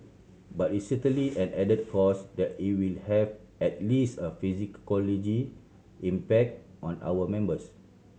but it certainly an added cost that will have at least a impact on our members